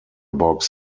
box